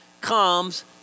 comes